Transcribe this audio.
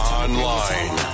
online